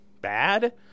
bad